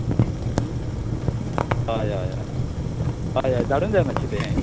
हय हय हय धाडून दिया मातशे तें हें